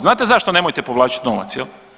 Znate zašto nemojte povlačiti novac?